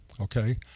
Okay